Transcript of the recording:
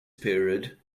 period